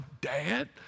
dad